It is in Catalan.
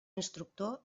instructor